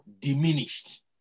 Diminished